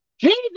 Jesus